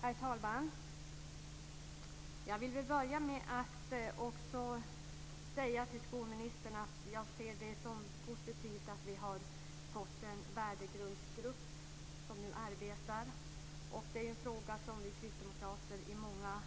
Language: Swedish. Herr talman! Jag vill börja med att säga till skolministern att jag ser det som positivt att vi har fått en värdegrundsgrupp som nu arbetar. Vi kristdemokrater har